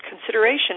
consideration